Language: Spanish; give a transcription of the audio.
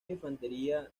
infantería